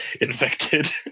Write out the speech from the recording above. infected